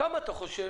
כמה אתה חושב